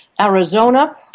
Arizona